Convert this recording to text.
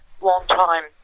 long-time